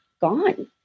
gone